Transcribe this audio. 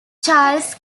charles